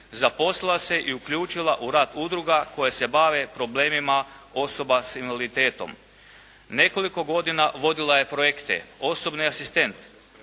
zaposlila se i uključila u rad udruga koje se bave problemima osoba s invaliditetom. Nekoliko godina vodila je projekte, osobni asistent